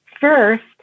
First